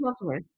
lovely